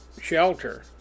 shelter